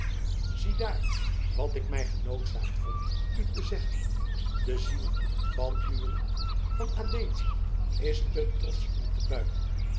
ziedaar wat ik mij genoodzaakt vond u te zeggen de ziel van uwen van adeelen is te trotsch om te buigen